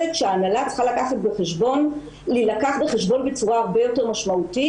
שההנהלה צריכה להילקח בחשבון בצורה הרבה יותר משמעותית.